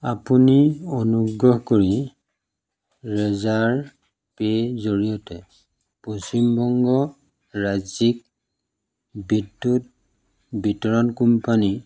আপুনি অনুগ্ৰহ কৰি ৰেজাৰপেৰ জৰিয়তে পশ্চিম বংগ ৰাজ্যিক বিদ্যুৎ বিতৰণ কোম্পানী